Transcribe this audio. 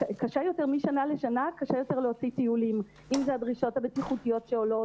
משנה לשנה קשה יותר להוציא טיולים אם זה הדרישות הבטיחותיות שעולות,